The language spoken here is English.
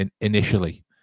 initially